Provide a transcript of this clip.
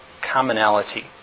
commonality